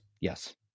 Yes